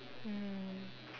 mm